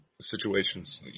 situations